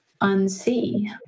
unsee